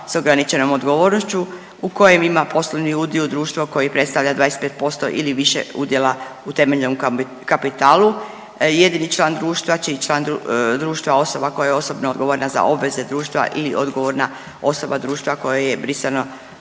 sa ograničenom odgovornošću u kojem ima poslovni udio u društvu koji predstavlja 25% ili više udjela u temeljnom kapitalu. Jedini član društva čiji je član društva osoba koja je osobno odgovorna za obveze društva i odgovorna osoba društva kojoj je brisano